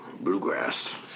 Bluegrass